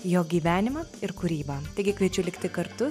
jo gyvenimą ir kūrybą taigi kviečiu likti kartu